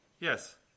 Yes